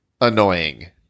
annoying